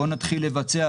בואו נתחיל לבצע,